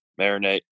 marinate